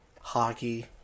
Hockey